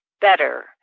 better